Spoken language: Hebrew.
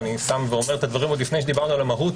אני אומר את הדברים עוד לפני שדיברנו על המהות